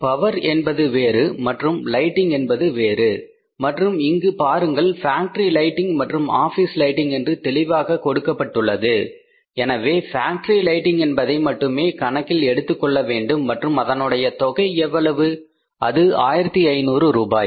power என்பது வேறு lighting என்பது வேறு மற்றும் இங்கு பாருங்கள் ஃபேக்டரி லைட்டிங் மற்றும் ஆபீஸ் லைடிங் என்று தெளிவாக கொடுக்கப்பட்டுள்ளது எனவே ஃபேக்டரி லைட்டிங் என்பதை மட்டுமே கணக்கில் எடுத்துக் கொள்ள வேண்டும் மற்றும் அதனுடைய தொகை எவ்வளவு அது 1500 ரூபாய்